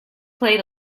played